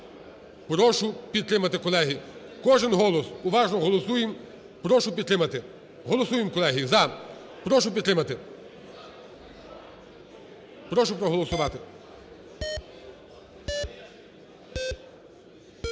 прошу підтримати, колеги. Кожен голос, уважно голосуємо, прошу підтримати. Голосуємо, колеги – за. Прошу підтримати. Прошу проголосувати. 10:48:42